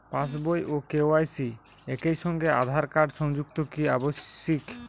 পাশ বই ও কে.ওয়াই.সি একই সঙ্গে আঁধার কার্ড সংযুক্ত কি আবশিক?